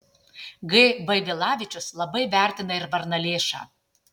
g vaivilavičius labai vertina ir varnalėšą